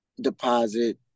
deposit